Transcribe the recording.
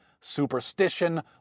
superstition